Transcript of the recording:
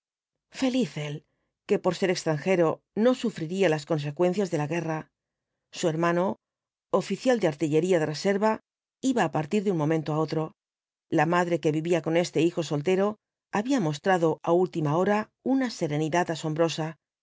feliz él que por ser extranjero no sufriría las consecuencias de la guerra su herniano oficial de artillería de reserva iba á partir de un momento á otro ia madre que vivía con este hijo soltero había mostrado á última hora una serenidad asombrosa